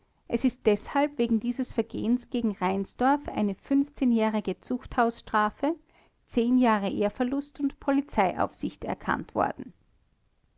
es ist deshalb wegen dieses vergehens gegen reinsdorf eine jährige zuchthausstrafe jahre ehrverlust und polizeiaufsicht erkannt worden